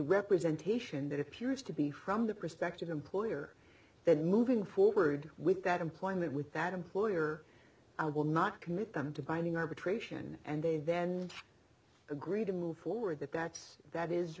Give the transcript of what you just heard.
representation that appears to be from the prospective employer then moving forward with that employment with that employer i will not commit them to binding arbitration and they then agree to meet forward that that's that is